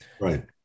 Right